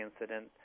incident